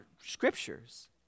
scriptures